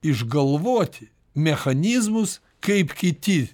išgalvoti mechanizmus kaip kiti